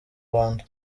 rwanda